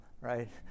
right